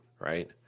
right